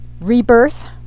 Rebirth